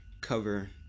cover